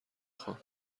خوام